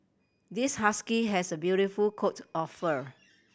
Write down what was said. this husky has a beautiful coat of fur